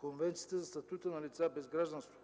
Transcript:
Конвенцията за статута на лицата без гражданство,